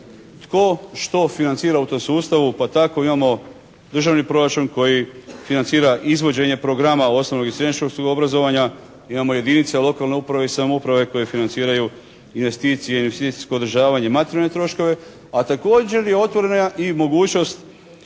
tko što financira u tom sustavu, pa tako imamo državni proračun koji financira izvođenje programa osnovnog i srednješkolskog obrazovanja, imamo jedinice lokalne uprave i samouprave koje financiraju investicije, investicijsko održavanje i materijalne troškove, a također je otvorena i mogućnost